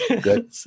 Good